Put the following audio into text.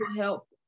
help